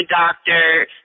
doctor